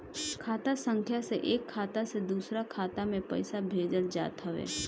खाता संख्या से एक खाता से दूसरा खाता में पईसा भेजल जात हवे